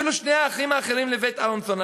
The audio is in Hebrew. אפילו שני האחים האחרים לבית אהרונסון,